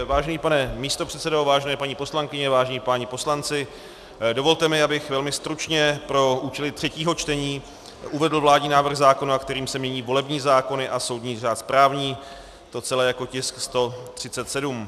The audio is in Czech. Vážený pane místopředsedo, vážené paní poslankyně, vážení páni poslanci, dovolte mi, abych velmi stručně pro účely třetího čtení uvedl vládní návrh zákona, kterým se mění volební zákony a soudní řád správní, to celé jako tisk 137.